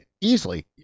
easily